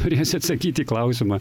norėjosi atsakyti į klausimą